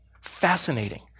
Fascinating